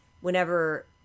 whenever